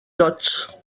tots